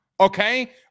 Okay